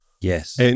Yes